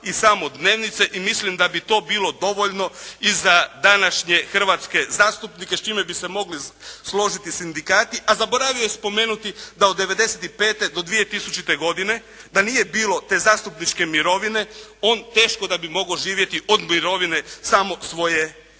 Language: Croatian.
i samo dnevnice i mislim da bi to bilo dovoljno i za današnje hrvatske zastupnike, s čime bi se mogli složiti sindikati. A zaboravio je spomenuti da od '95. do 2000. godine, da nije bilo te zastupničke mirovine, on teško da bi mogao živjeti od mirovine samo svoje supruge